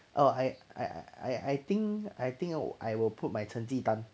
oh I I I think I think I will put my 成绩单